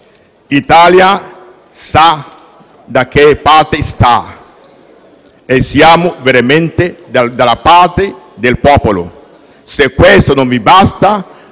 L'Italia sa da che parte sta. Siamo veramente dalla parte del popolo. Se questo non vi basta